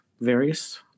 various